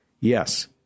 Yes